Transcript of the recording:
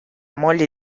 moglie